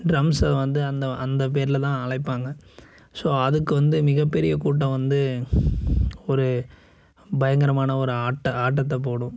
drums வந்து அந்த அந்த பேரில் தான் அழைப்பாங்க ஸோ அதுக்கு வந்து மிக பெரிய கூட்டம் வந்து ஒரு பயங்கரமான ஒரு ஆட்டம் ஆட்டத்தை போடும்